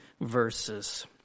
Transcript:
verses